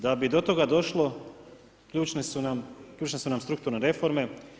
Da bi do toga došlo, ključne su nam strukturne reforme.